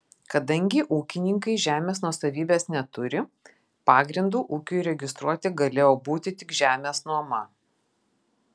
kadangi ūkininkai žemės nuosavybės neturi pagrindu ūkiui registruoti galėjo būti tik žemės nuoma